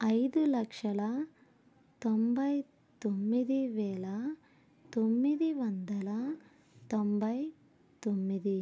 ఐదు లక్షల తొంభై తొమ్మిది వేల తొమ్మిది వందల తొంభై తొమ్మిది